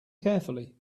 carefully